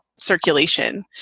circulation